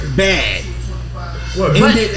bad